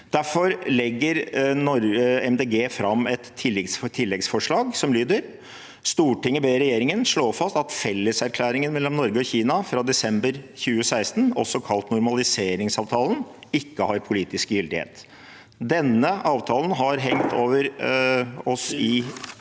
De Grønne fram et tilleggsforslag, som lyder: «Stortinget ber regjeringen slå fast at felleserklæringen mellom Norge og Kina fra desember 2016, også kalt normaliseringsavtalen, ikke har politisk gyldighet.» Denne avtalen har hengt over oss i